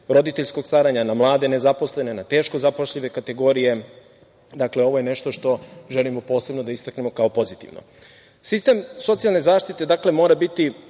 roditeljskog staranja, na mlade nezaposlene, na teško zapošljive kategorije. Dakle, ovo je nešto što želimo posebno da istaknemo kao pozitivno. Sistem socijalne zaštite mora biti